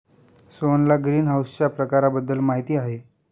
सोहनला ग्रीनहाऊसच्या प्रकारांबद्दल माहिती आहे